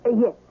Yes